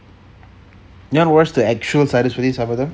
you want to watch the actual sarasvathi sabatham